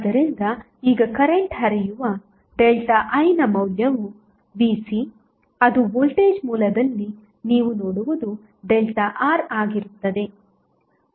ಆದ್ದರಿಂದ ಈಗ ಕರೆಂಟ್ ಹರಿಯುವ ΔI ನ ಮೌಲ್ಯವು Vc ಅದು ವೋಲ್ಟೇಜ್ ಮೂಲದಲ್ಲಿ ನೀವು ನೋಡುವುದು IΔR ಆಗಿರುತ್ತದೆ